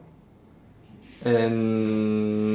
and